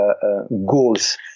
goals